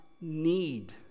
need